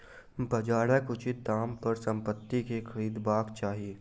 बजारक उचित दाम पर संपत्ति के खरीदबाक चाही